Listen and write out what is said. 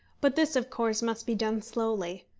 but this, of course, must be done slowly.